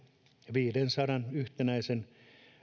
viidensadan